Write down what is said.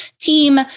team